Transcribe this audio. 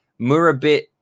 Murabit